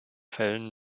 fällen